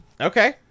Okay